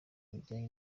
bijyanye